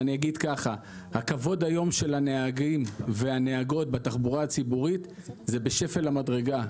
היום הכבוד של הנהגים והנהגות בתחבורה הציבורית נמצא בשפל המדרגה,